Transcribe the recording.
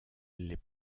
les